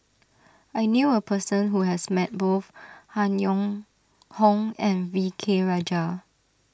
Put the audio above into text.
I knew a person who has met both Han Yong Hong and V K Rajah